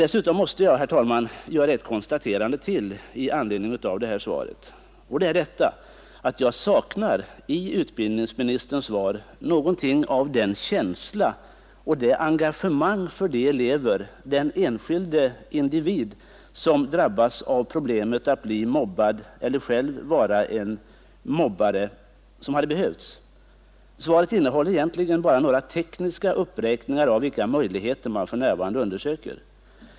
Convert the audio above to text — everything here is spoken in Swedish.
Dessutom måste jag, herr talman, göra ett konstaterande till, nämligen att jag i utbildningsministerns svar saknar någonting av känsla och engagemang för den elev, den enskilde individ, som drabbas av problemet att bli mobbad eller att själv vara en mobbare. Svaret innehåller egentligen bara några tekniska uppräkningar av vilka möjligheter man för närvarande undersöker.